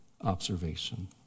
observation